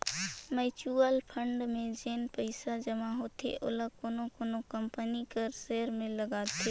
mutual fund में जेन पइसा जमा होथे ओला कोनो कोनो कंपनी कर सेयर में लगाथे